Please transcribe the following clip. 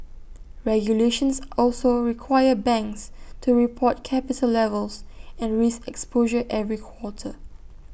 regulations also require banks to report capital levels and risk exposure every quarter